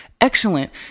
excellent